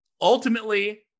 ultimately